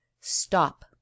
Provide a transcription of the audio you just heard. Stop